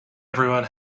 everyone